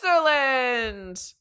Switzerland